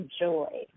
joy